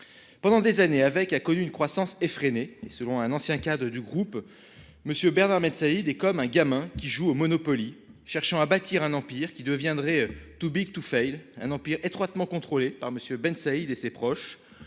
Pendant des années avec a connu une croissance effrénée et selon un ancien cadre du groupe. Monsieur Bernard Ahmed Saïd et comme un gamin qui joue au Monopoly cherchant à bâtir un empire qui deviendrait too Big to fail un empire étroitement contrôlée par Monsieur Bensaïd et ses proches.